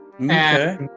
Okay